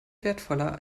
wertvoller